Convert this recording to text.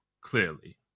clearly